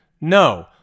No